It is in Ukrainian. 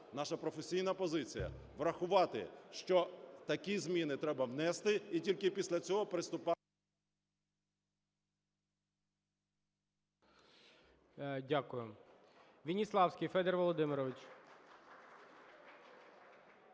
наша професійна позиція врахувати, що такі зміни треба внести і тільки після цього приступати… ГОЛОВУЮЧИЙ. Дякую. Веніславський Федір Володимирович.